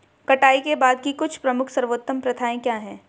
कटाई के बाद की कुछ प्रमुख सर्वोत्तम प्रथाएं क्या हैं?